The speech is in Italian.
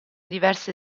diverse